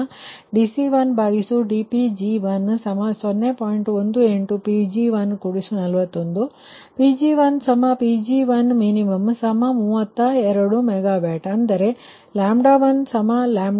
Pg1 Pg1min32 MW ಅಂದರೆ 1 1min0